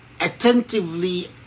attentively